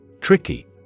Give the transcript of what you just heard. Tricky